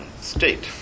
state